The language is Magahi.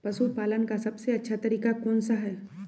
पशु पालन का सबसे अच्छा तरीका कौन सा हैँ?